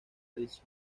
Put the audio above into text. ricci